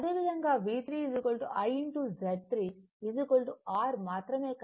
అదేవిధంగా V3 I Z3 R మాత్రమే కనుక R 2 Ω